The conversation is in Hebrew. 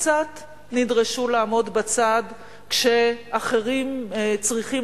קצת נדרשו לעמוד בצד כשאחרים צריכים